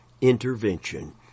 intervention